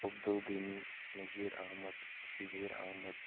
Abdul Ghani Nazir Ahmad Shabir Ahmad